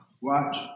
Watch